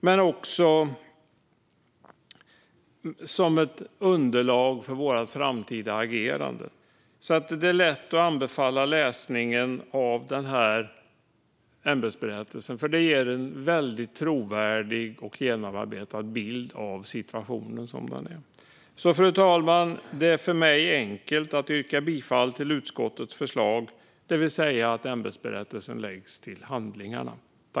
Det är också ett underlag för vårt framtida agerande. Det är lätt att anbefalla läsning av ämbetsberättelsen. Det ger en väldigt trovärdig och genomarbetad bild av situationen som den är. Fru talman! Det är för mig enkelt att ställa mig bakom utskottets förslag att ämbetsberättelsen läggs till handlingarna.